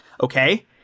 okay